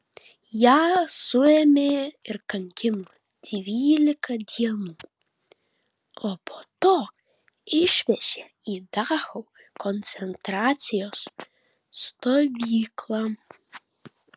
ją suėmė ir kankino dvylika dienų o po to išvežė į dachau koncentracijos stovyklą